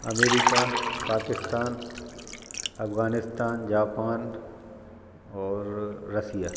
America Pakistan Afghanistan Japan और रसिया